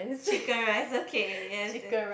chicken rice okay yes yes